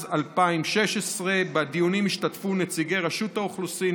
2016. בדיונים השתתפו נציגי רשות האוכלוסין,